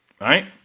right